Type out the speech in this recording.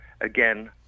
again